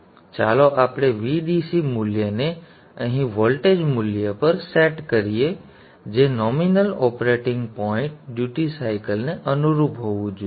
તેથી ચાલો આપણે આ VDC મૂલ્યને અહીં વોલ્ટેજ મૂલ્ય પર સેટ કરીએ જે નોમિનલ ઓપરેટિંગ પોઇન્ટ ડ્યુટી સાયકલને અનુરૂપ હોવું જોઇએ